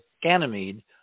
Ganymede